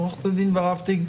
עורכת הדין ורהפטיג,